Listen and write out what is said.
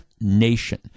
nation